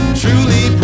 truly